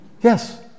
Yes